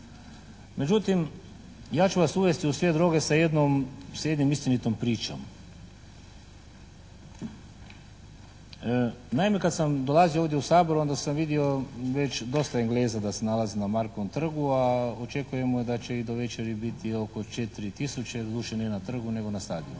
Međutim, ja ću vas uvesti u svijet droge sa jednom istinitom pričom. Naime, kad sam dolazi ovdje u Sabor onda sam vidio već dosta Engleza da se nalaze na Markovom trgu a očekujemo da će ih do večeri biti oko 4 tisuće, doduše ne na trgu nego na stadionu.